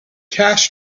cash